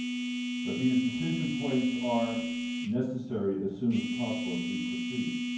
but these decision points are necessary as soon as possible as we proceed.